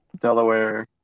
Delaware